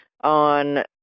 on